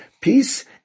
peace